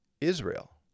Israel